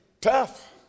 tough